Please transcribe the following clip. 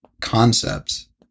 concepts